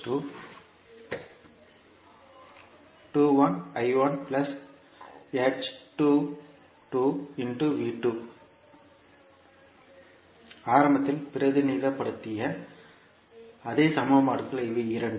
h பாராமீட்டர்களை வரையறுக்க நாம் ஆரம்பத்தில் பிரதிநிதித்துவப்படுத்திய அதே சமன்பாடுகள் இவை இரண்டும்